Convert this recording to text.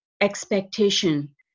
expectation